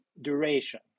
duration